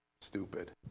stupid